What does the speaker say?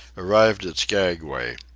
arrived at skaguay.